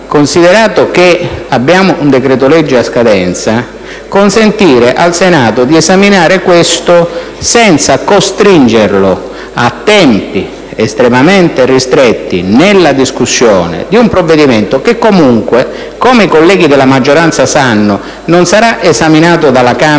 considerato che abbiamo un decreto-legge in scadenza, consentire al Senato di esaminarlo prioritariamente, senza costringere l'Assemblea a tempi estremamente ristretti nella discussione di questo provvedimento, che comunque - come i colleghi della maggioranza sanno - non sarà esaminato dalla Camera